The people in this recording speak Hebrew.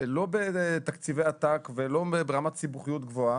לא בתקציבי עתק ולא ברמת סיבוכיות גבוהה.